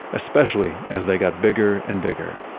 especially as they got bigger and bigger.